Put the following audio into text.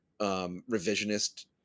revisionist